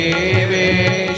Baby